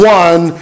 one